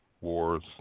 wars